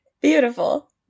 Beautiful